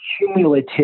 cumulative